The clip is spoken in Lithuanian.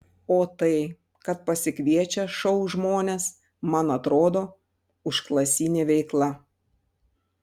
o tai kad pasikviečia šou žmones man atrodo užklasinė veikla